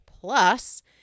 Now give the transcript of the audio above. Plus